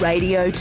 Radio